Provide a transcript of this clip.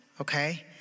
okay